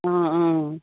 অঁ অঁ